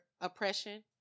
oppression